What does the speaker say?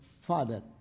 father